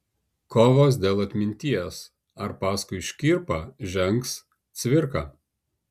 kovos dėl atminties ar paskui škirpą žengs cvirka